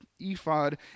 ephod